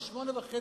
ב-08:00,